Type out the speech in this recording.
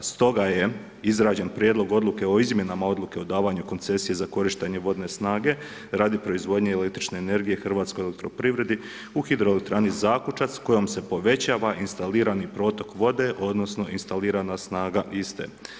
Stoga je izrađen prijedlog odluke o izmjenama odluke o davanju koncesija, za korištenje vodne snage radi proizvodnje električne energije Hrvatskoj elektroprivredi, u hidroelektrani Zakučac, kojom se povećava instalirani dotok vode, odnosno, instalirana snaga iste.